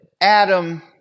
Adam